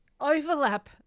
overlap